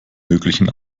möglichen